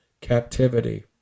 captivity